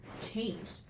changed